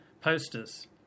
posters